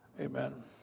Amen